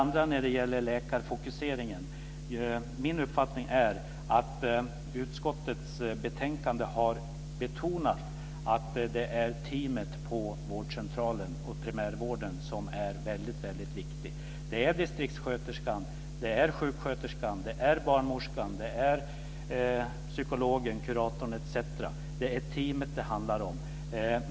När det gäller läkarfokuseringen är min uppfattning att det betonas i utskottets betänkande att det är teamet på vårdcentralen och primärvården som är väldigt viktig. Det är distriktssköterskan, sjuksköterskan, barnmorskan, psykologen, kuratorn etc. som det handlar om.